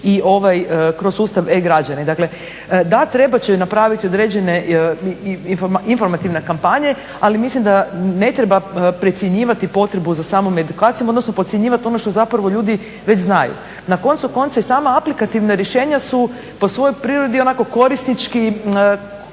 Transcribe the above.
i ovaj kroz sustav E-građani. Dakle, da trebat će napraviti određene informativne kampanje ali mislim da ne treba precjenjivati potrebu za samom edukaciju, odnosno podcjenjivati ono što zapravo ljudi već znaju. Na koncu konca i sama aplikativna rješenja su po svojoj prirodi onako korisnički,